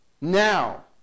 now